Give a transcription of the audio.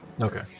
Okay